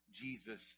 Jesus